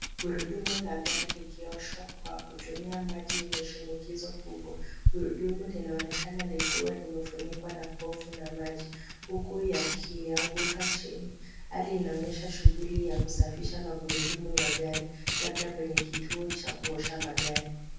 Gurudumu la gari likioshwa kwa kutumia maji yenye shinikizo kubwa. Gurudumu linaonekana likiwa limefunikwa na pofu na maji huku yakianguka chini. Hali inaonyesha shughuli ya kusafisha magurudumu ya gari labda kwenye kituo cha kuosha magari.